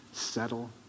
settle